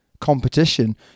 competition